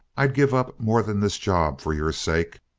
i'd give up more than this job for your sake.